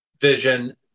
vision